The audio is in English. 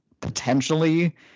potentially